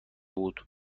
بود